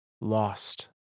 Lost